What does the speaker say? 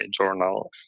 journal